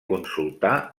consultar